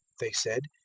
they said,